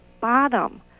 bottom